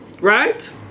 right